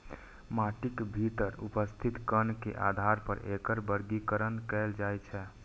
माटिक भीतर उपस्थित कण के आधार पर एकर वर्गीकरण कैल जाइ छै